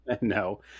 No